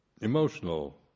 emotional